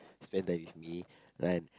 spend time with me right